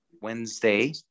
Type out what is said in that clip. Wednesday